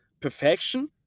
perfection